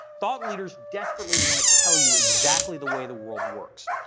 thought leaders desperately want to tell you exactly the way the world works.